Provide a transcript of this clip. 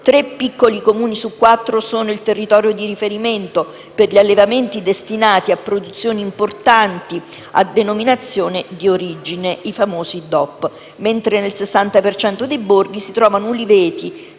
piccoli Comuni su quattro sono il territorio di riferimento per gli allevamenti destinati a produzioni importanti a denominazione di origine protetta (DOP), mentre nel 60 per cento dei borghi si trovano gli uliveti